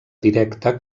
directa